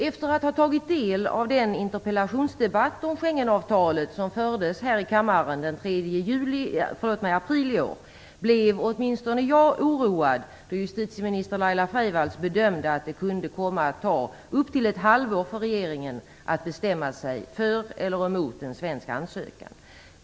Efter att ha tagit del av den interpellationsdebatt om Schengenavtalet som fördes här i kammaren den 3 april i år blev åtminstone jag oroad då justitieminister Laila Freivalds bedömde att det kunde komma att ta upp till ett halvår för regeringen att bestämma sig för eller emot en svensk ansökan.